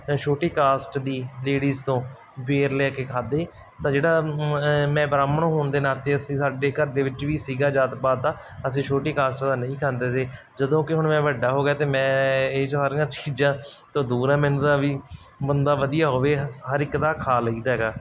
ਛੋਟੀ ਕਾਸਟ ਦੀ ਲੇਡੀਜ ਤੋਂ ਬੇਰ ਲੈ ਕੇ ਖਾਦੇ ਤਾਂ ਜਿਹੜਾ ਮੈਂ ਬ੍ਰਾਹਮਣ ਹੋਣ ਦੇ ਨਾਤੇ ਅਸੀਂ ਸਾਡੇ ਘਰ ਦੇ ਵਿੱਚ ਵੀ ਸੀਗਾ ਜਾਤ ਪਾਤ ਦਾ ਅਸੀਂ ਛੋਟੀ ਕਾਸਟ ਦਾ ਨਹੀਂ ਖਾਂਦੇ ਸੀ ਜਦੋਂ ਕਿ ਹੁਣ ਮੈਂ ਵੱਡਾ ਹੋ ਗਿਆ ਅਤੇ ਮੈਂ ਇਹ ਸਾਰੀਆਂ ਚੀਜ਼ਾਂ ਤੋਂ ਦੂਰ ਹੈ ਵੀ ਮੈਨੂੰ ਤਾਂ ਵੀ ਬੰਦਾ ਵਧੀਆ ਹੋਵੇ ਹਰ ਇੱਕ ਦਾ ਖਾ ਲਈਦਾ ਹੈਗਾ